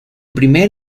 primer